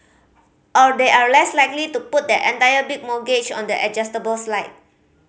or they are less likely to put their entire big mortgage on the adjustable side